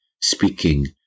speaking